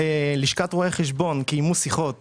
לשכת רואי חשבון קיימו שיחות